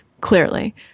clearly